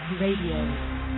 Radio